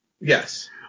Yes